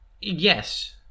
yes